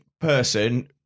person